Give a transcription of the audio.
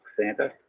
Santa